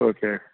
okay